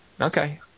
Okay